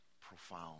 profound